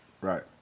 Right